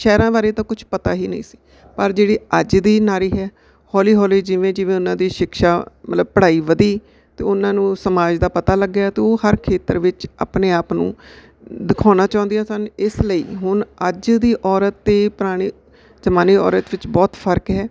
ਸ਼ਹਿਰਾਂ ਬਾਰੇ ਤਾਂ ਕੁਛ ਪਤਾ ਹੀ ਨਹੀਂ ਸੀ ਪਰ ਜਿਹੜੀ ਅੱਜ ਦੀ ਨਾਰੀ ਹੈ ਹੌਲੀ ਹੌਲੀ ਜਿਵੇਂ ਜਿਵੇਂ ਉਹਨਾਂ ਦੀ ਸ਼ਿਕਸ਼ਾ ਮਤਲਬ ਪੜ੍ਹਾਈ ਵਧੀ ਅਤੇ ਉਹਨਾਂ ਨੂੰ ਸਮਾਜ ਦਾ ਪਤਾ ਲੱਗਿਆ ਅਤੇ ਉਹ ਹਰ ਖੇਤਰ ਵਿੱਚ ਆਪਣੇ ਆਪ ਨੂੰ ਦਿਖਾਉਣਾ ਚਾਹੁੰਦੀਆਂ ਸਨ ਇਸ ਲਈ ਹੁਣ ਅੱਜ ਦੀ ਔਰਤ ਅਤੇ ਪੁਰਾਣੇ ਜ਼ਮਾਨੇ ਔਰਤ ਵਿੱਚ ਬਹੁਤ ਫਰਕ ਹੈ